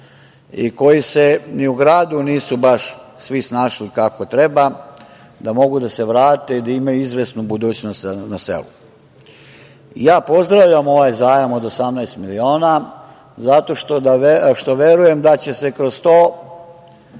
i koji se ni u gradu nisu baš svi snašli kako treba, da mogu da se vrate i da imaju izvesnu budućnost na selu. Pozdravljam ovaj zajam od 18 miliona, zato što verujem da će se kroz to